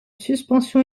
suspension